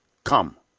come!